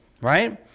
right